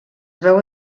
veu